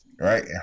right